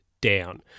down